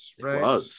right